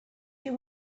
you